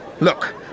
Look